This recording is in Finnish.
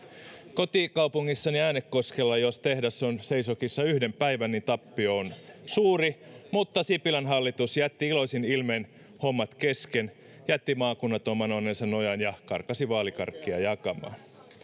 kotikaupungissani äänekoskella jos tehdas on seisokissa yhden päivän niin tappio on suuri mutta sipilän hallitus jätti iloisin ilmein hommat kesken jätti maakunnat oman onnensa nojaan ja karkasi vaalikarkkeja jakamaan